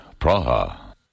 Praha